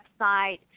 website